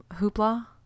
hoopla